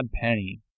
Penny